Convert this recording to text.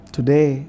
Today